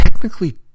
Technically